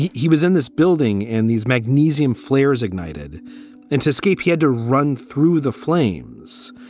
he he was in this building and these magnesium flares ignited into escape. he had to run through the flames,